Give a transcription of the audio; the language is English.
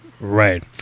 right